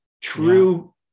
true